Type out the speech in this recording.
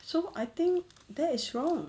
so I think that is wrong